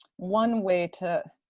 one way to,